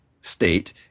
state